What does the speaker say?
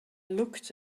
looked